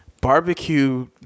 Barbecue